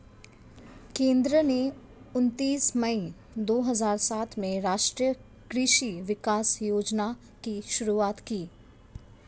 केंद्र ने उनतीस मई दो हजार सात में राष्ट्रीय कृषि विकास योजना की शुरूआत की